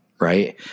right